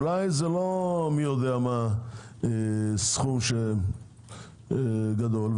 אולי זה לא סכום גדול מי יודע מה,